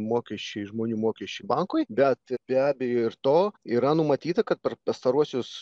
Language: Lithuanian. mokesčiai žmonių mokesčiai bankui bet be abejo ir to yra numatyta kad per pastaruosius